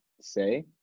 say